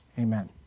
Amen